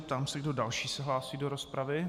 Ptám se, kdo další se hlásí do rozpravy.